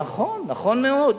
נכון, נכון מאוד.